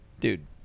Dude